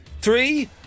Three